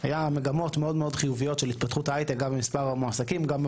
מתחבר מאוד למה שאתה ציינת כרגע, ואנחנו